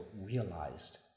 realized